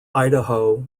idaho